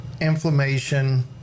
inflammation